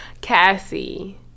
Cassie